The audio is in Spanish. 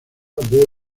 boy